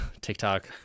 TikTok